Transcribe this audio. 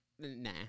Nah